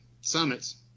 summits